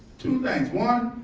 two things. one,